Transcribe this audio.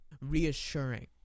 reassuring